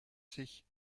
sich